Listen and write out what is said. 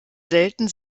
selten